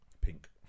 Pink